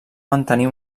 mantenir